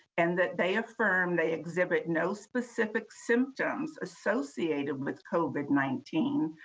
and that they affirm they exhibit no specific symptoms associated with covid nineteen,